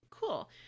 Cool